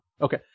Okay